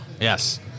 Yes